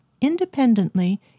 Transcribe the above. independently